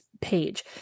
page